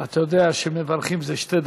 ידידי, אתה יודע שמברכים זה שתי דקות.